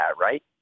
right